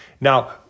Now